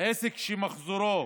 עסק שמחזורו